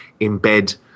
embed